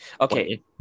Okay